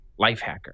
Lifehacker